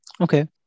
Okay